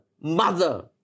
mother